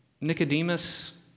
Nicodemus